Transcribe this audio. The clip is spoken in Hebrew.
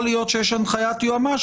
יכול להיות שיש הנחיית יועמ"ש,